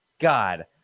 God